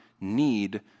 need